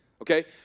Okay